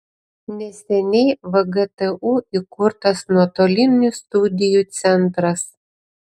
neseniai vgtu įkurtas nuotolinių studijų centras